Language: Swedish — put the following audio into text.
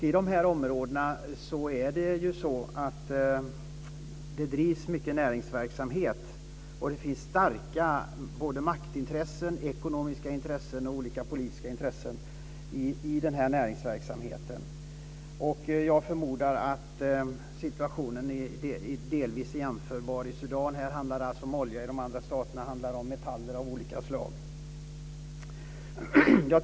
I de här områdena drivs det mycket näringsverksamhet, och det finns starka både maktintressen, ekonomiska intressen och olika politiska intressen i den näringsverksamheten. Jag förmodar att situationen delvis är jämförbar med den i Sudan, där det handlar om olja. I de andra staterna handlar det om metaller av olika slag.